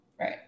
right